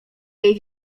jej